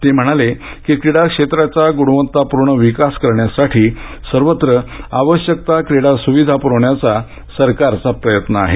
ते म्हणाले कि क्रीडा क्षेत्राचा गुणवत्तापूर्ण विकास करण्यासाठी सर्वत्र आवश्यक त्या क्रीडा सुविधा पुरवण्याचा सरकारचा प्रयत्न आहे